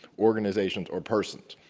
organizations or persons.